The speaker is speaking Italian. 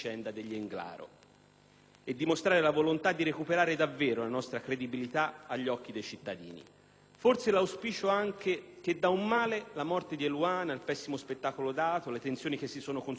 e dimostrare la volontà di recuperare davvero la nostra credibilità agli occhi dei cittadini. Forse l'auspicio anche che da un male (la morte di Eluana, il pessimo spettacolo dato, le tensioni che si sono consumate intorno a quel dramma)